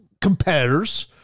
competitors